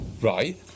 right